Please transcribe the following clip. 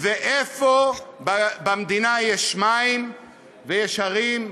ואיפה במדינה יש מים ויש הרים וגאיות?